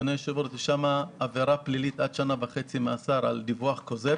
שם יש עבירה פלילית עד שנה וחצי מאסר על דיווח כוזב